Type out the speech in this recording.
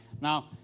now